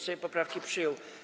Sejm poprawki przyjął.